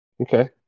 Okay